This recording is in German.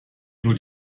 nur